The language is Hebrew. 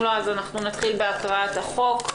ואם לא, אנחנו נתחיל בהקראת החוק.